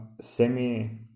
semi